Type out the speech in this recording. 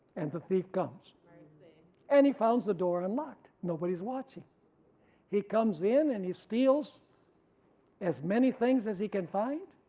and the thief comes and he finds the door unlocked, nobody is watching he comes in and he steals as many things as he can find.